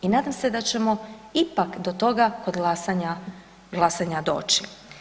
I nadam se da ćemo ipak do toga kod glasanja doći.